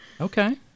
Okay